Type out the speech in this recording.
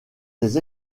des